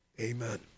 Amen